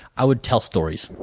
i would tell stories.